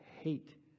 hate